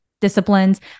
disciplines